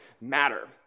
matter